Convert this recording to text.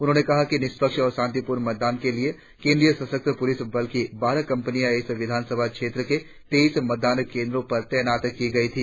उन्होंने कहा कि निपक्ष्य और शांतिपूर्ण मतदान के लिए केंद्रीय सशस्त्र प्रलिस बल की बारह कंपनियां इस विधानसभा क्षेत्र के तेईस मतदान केंद्रों पर तैनात की गई थी